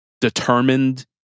determined